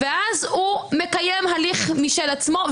הוא מקיים הליך משל עצמו,